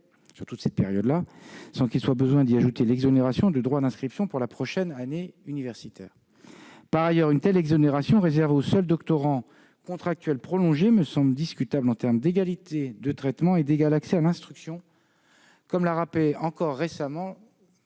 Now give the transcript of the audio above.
sur toute cette période, sans qu'il soit besoin d'y ajouter l'exonération de droits d'inscription pour la prochaine année universitaire. Par ailleurs, une telle exonération, réservée aux seuls doctorants contractuels prolongés, me semble discutable en termes d'égalité de traitement et d'égal accès à l'instruction, des principes encore rappelés